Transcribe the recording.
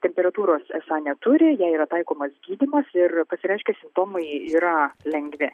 temperatūros esą neturi jai yra taikomas gydymas ir pasireiškę simptomai yra lengvi